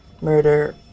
murder